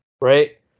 Right